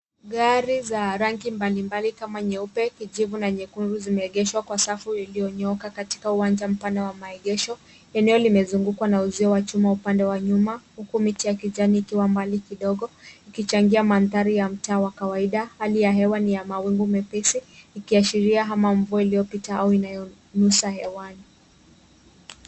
Gari za rangi mbali mbali kama nyeupe, kijivu, na nyekundu zimegeshwa kwa safu iliyonyooka katika uwanja mpana wa maegesho. Eneo limezungukwa na uzio wa chuma upande wa nyuma huku miti ya kijani ikiwa mbali kidogo ikichangia mandhari ya mtaa wa kawaida. Hali ya hewa ni ya mawingu mepesi ikiashiria mvua iliyopita ama inayonusa hewani.